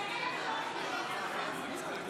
שכולכם ודאי מכירים.